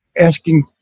asking